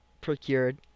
procured